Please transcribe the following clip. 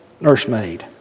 nursemaid